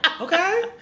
Okay